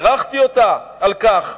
בירכתי אותה על כך.